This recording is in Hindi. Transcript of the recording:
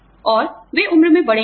और वे उम्र में बड़े हैं